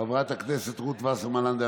חברת הכנסת רות וסרמן לנדה,